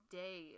day